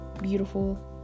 beautiful